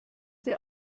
dir